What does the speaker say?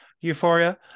Euphoria